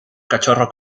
cachorro